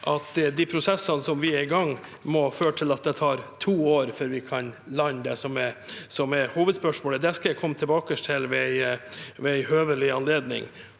at de prosessene som er i gang, må føre til at det tar to år før vi kan lande det som er hovedspørsmålet. Det skal jeg komme tilbake til ved en høvelig anledning.